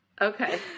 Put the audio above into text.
Okay